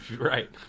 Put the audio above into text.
right